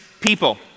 people